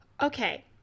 Okay